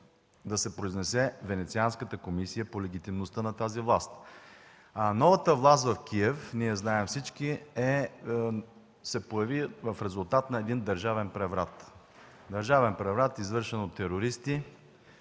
да се произнесе Венецианската комисия по легитимността на тази власт. Новата власт в Киев, всички знаем, се появи в резултат на държавен преврат, извършен от терористи,